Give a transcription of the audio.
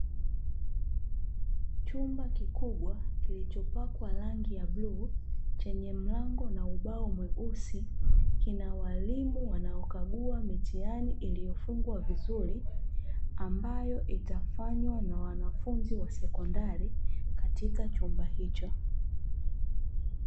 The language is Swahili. Chumba kikubwa kilichopakwa rangi ya bluu chenye mlango na ubao mweusi, kina walimu wanaokagua mitihani iliyofungwa vizuri, ambayo itafanywa na wanafunzi wa sekondari katika chumba hicho.